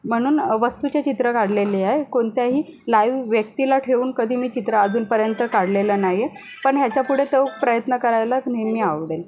म्हणून वस्तूचे चित्र काढलेले आहे कोणत्याही लाईव्ह व्यक्तीला ठेऊन कधी मी चित्र अजूनपर्यंत काढलेलं नाही आहे पण ह्याच्यापुढे तो प्रयत्न करायला नेहमी आवडेल